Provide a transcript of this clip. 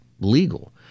legal